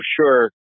sure